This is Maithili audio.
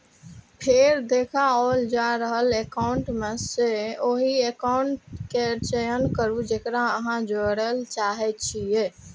फेर देखाओल जा रहल एकाउंट मे सं ओहि एकाउंट केर चयन करू, जेकरा अहां जोड़य चाहै छी